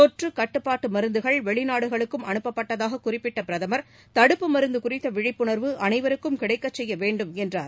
தொற்றுகட்டுப்பாட்டுமருந்துகள் வெளிநாடுகளுக்கும் அனுப்பப்பட்டதாக் குறிப்பிட்டபிரதம் தடுப்பு மருந்துகுறித்தவிழிப்புணர்வு அனைவருக்கும் கிடைக்கச் செய்யவேண்டும் என்றார்